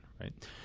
right